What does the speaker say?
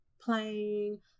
playing